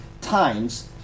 times